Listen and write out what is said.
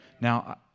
Now